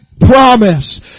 promise